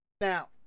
Now